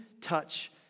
touch